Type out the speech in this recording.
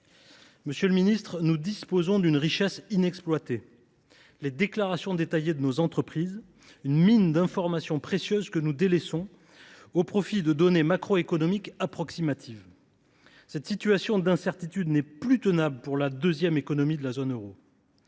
Monsieur le ministre, nous disposons d’une richesse inexploitée : les déclarations détaillées de nos entreprises sont une mine d’informations précieuses, que nous délaissons au profit de données macroéconomiques approximatives. Cette situation d’incertitude n’est plus tenable pour la deuxième économie de la zone euro.